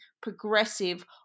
progressive